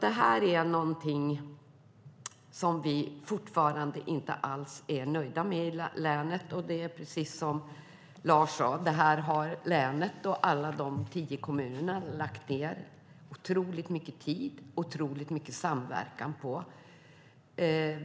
Det här är alltså någonting som vi fortfarande inte alls är nöjda med i länet. Det är precis som Lars Eriksson sade: Det här har länet och alla de tio kommunerna lagt ned otroligt mycket tid och samverkan på.